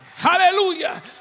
Hallelujah